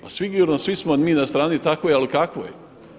Pa sigurno, svi smo mi na strani takvoj, ali kakvoj?